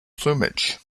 plumage